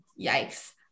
yikes